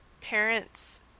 parents